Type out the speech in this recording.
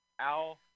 al